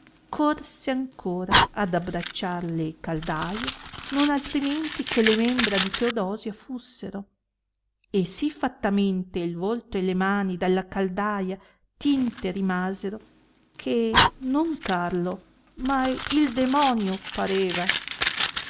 corse ancora ad abbracciar le caldaie non altrimenti che le membra di teodosia f ussero e sì fattamente il volto e le mani dalla caldaia tinte rimasero che non carlo ma il demonio pareva